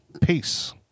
Peace